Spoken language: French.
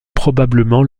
probablement